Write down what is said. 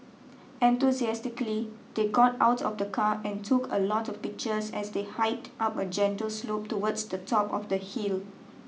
enthusiastically they got out of the car and took a lot of pictures as they hiked up a gentle slope towards the top of the hill